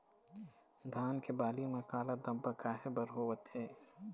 धान के बाली म काला धब्बा काहे बर होवथे?